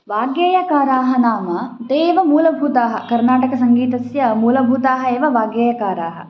वाग्गेयकाराः नाम ते एव मूलभूताः कर्नाटकसङ्गीतस्य मूलभूताः एव वाग्गेयकाराः